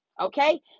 okay